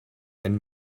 and